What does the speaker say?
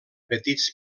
petits